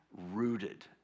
rooted